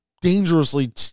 dangerously